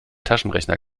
taschenrechner